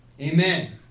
Amen